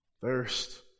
Thirst